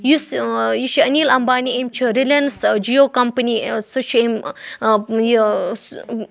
یُس یہِ چھُ أنیٖل امبانی أمۍ چھُ رِلیٚنٕس جِیو کَمپٔنی سُہ چھُ أمۍ یہِ